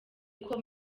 ngo